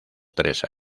tres